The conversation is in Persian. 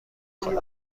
خاکی